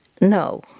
No